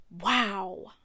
wow